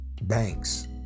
Banks